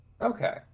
Okay